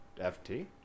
ft